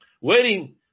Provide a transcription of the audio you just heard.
waiting